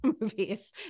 movies